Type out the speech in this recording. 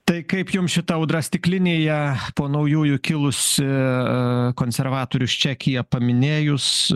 tai kaip jums šita audra stiklinėje po naujųjų kilusi konservatorius čekyje paminėjus